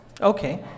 okay